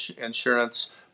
insurance